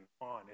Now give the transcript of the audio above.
on